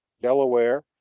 delaware,